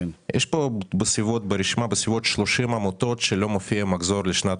יש כאן ברשימה בסביבות 30 עמותות שלגביהן לא מופיע מחזור לשנת